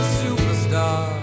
superstar